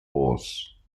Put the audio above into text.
horse